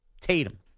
Tatum